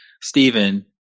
Stephen